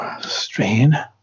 strain